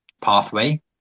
pathway